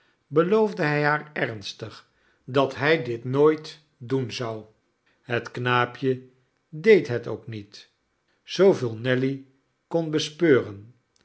beloofde hij haar ernstig dat hij dit nooit doen zou het knaapje deed het ook niet zooveel nelly kon bespeuren